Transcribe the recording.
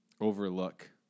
overlook